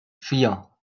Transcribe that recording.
vier